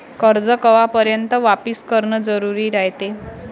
कर्ज कवापर्यंत वापिस करन जरुरी रायते?